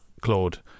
Claude